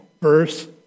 verse